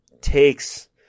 takes